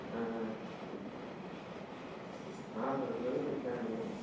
సరుకులు అవి చెప్తానండి